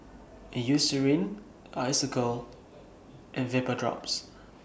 Eucerin Isocal and Vapodrops